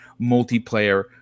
multiplayer